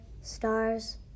stars